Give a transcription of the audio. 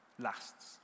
lasts